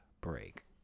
break